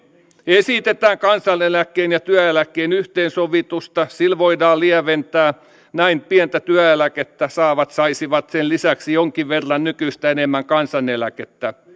esitetään kansaneläkkeen ja työeläkkeen yhteensovitusta sillä voidaan lieventää näin pientä työeläkettä saavat saisivat sen lisäksi jonkin verran nykyistä enemmän kansaneläkettä